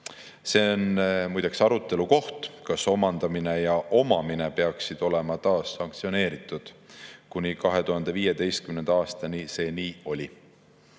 See on muideks arutelu koht, kas omandamine ja omamine peaksid olema taas sanktsioneeritud, kuni 2015. aastani see nii oli.